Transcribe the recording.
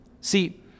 See